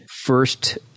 first